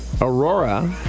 Aurora